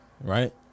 right